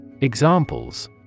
Examples